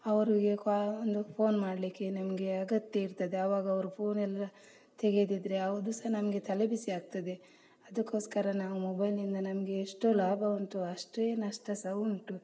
ಅವರಿಗೆ ಕಾ ಒಂದು ಫೋನ್ ಮಾಡಲಿಕ್ಕೆ ನಿಮಗೆ ಅಗತ್ಯ ಇರ್ತದೆ ಆವಾಗ ಅವರು ಫೋನೆಲ್ಲ ತೆಗೆಯೋದಿದ್ರೆ ಅವಾಗ್ಲೂ ಸಹ ನಮಗೆ ತಲೆಬಿಸಿಯಾಗ್ತದೆ ಅದಕ್ಕೋಸ್ಕರ ನಾವು ಮೊಬೈಲ್ನಿಂದ ನಮಗೆ ಎಷ್ಟು ಲಾಭ ಉಂಟು ಅಷ್ಟೇ ನಷ್ಟ ಸಹ ಉಂಟು